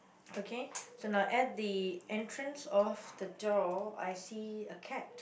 okay so now at the entrance of the door I see a cat